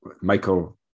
Michael